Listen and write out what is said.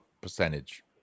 percentage